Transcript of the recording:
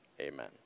Amen